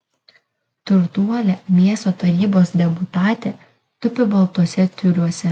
turtuolė miesto tarybos deputatė tupi baltuose tiuliuose